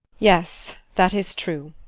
yes, that is true.